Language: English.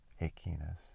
achiness